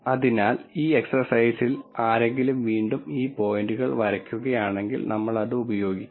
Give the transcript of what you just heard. അതിനാൽ ഈ എക്സർസൈസിൽ ആരെങ്കിലും വീണ്ടും ഈ പോയിന്റുകൾ വരയ്ക്കുകയാണെങ്കിൽ നമ്മൾ ഇത് ഉപയോഗിക്കുന്നു